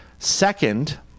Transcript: Second